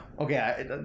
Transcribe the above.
Okay